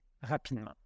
rapidement